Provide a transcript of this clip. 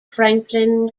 franklin